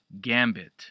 Gambit